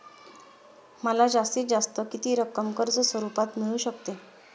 मला जास्तीत जास्त किती रक्कम कर्ज स्वरूपात मिळू शकते?